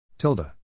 Tilda